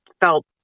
felt